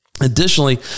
Additionally